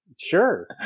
Sure